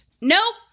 Nope